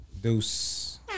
Deuce